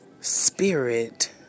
spirit